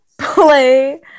play